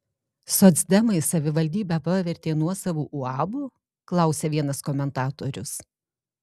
socdemai savivaldybę pavertė nuosavu uabu klausia vienas komentatorius